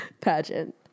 pageant